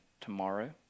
tomorrow